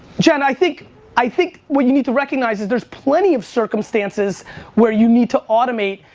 jen, i think i think what you need to recognize is there's plenty of circumstances where you need to automate,